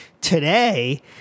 today